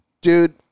dude